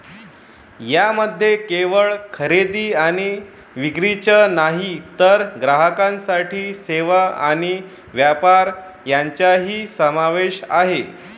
यामध्ये केवळ खरेदी आणि विक्रीच नाही तर ग्राहकांसाठी सेवा आणि व्यापार यांचाही समावेश आहे